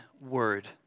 word